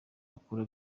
akora